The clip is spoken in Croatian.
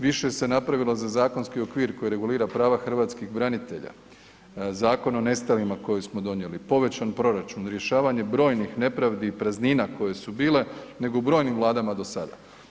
Više se napravilo za zakonski okvir koji regulira prava Hrvatskih branitelja, Zakon o nestalima koji smo donijeli, povećan proračun, rješavanje brojnih nepravdi i praznina koje su bile nego u brojnim vladama do sada.